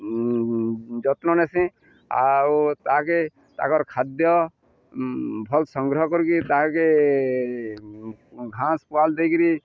ଯତ୍ନ ନେସି ଆଉ ତାହାକେ ତାଙ୍କର ଖାଦ୍ୟ ଭଲ୍ ସଂଗ୍ରହ କରିକି ତାହାକେ ଘାସ ପୁଆଲ ଦେଇକିରି